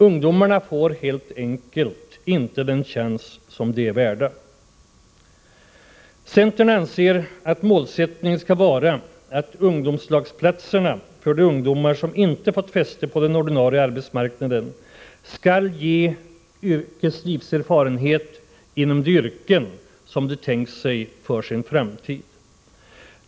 Ungdomarna får helt enkelt inte den chans som de är värda. Centern anser att målsättningen skall vara att ungdomslagsplatserna för de ungdomar som inte fått fäste på den ordinarie arbetsmarknaden skall ge yrkeslivserfarenhet inom de yrken ungdomarna tänkt sig för sin framtid.